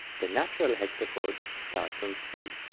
the natural hexachord starts on c,